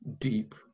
deep